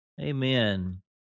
Amen